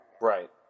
Right